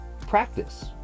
practice